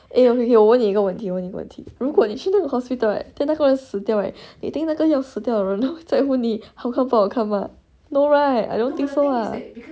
eh 我问你一个问题我问你一个问题如果你去 hospital right then 那个人死掉 right 你 think 那个要死掉的人会在乎你好看不好看嘛 no right I don't think so lah